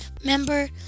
remember